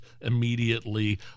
immediately